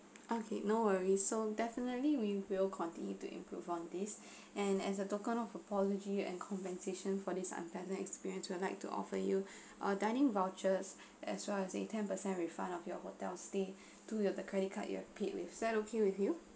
okay no worries so definitely we will continue to improve on this and as a token of apology and compensation for this unpleasant experience would like to offer you a dining vouchers as well as a ten per centrefund of your hotel stay to your the credit card you've paid with is that okay with you